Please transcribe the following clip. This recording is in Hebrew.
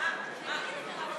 קבוצת סיעת יש עתיד,